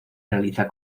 realiza